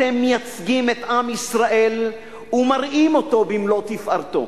אתם מייצגים את עם ישראל ומראים אותו במלוא תפארתו.